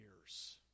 years